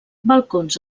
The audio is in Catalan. balcons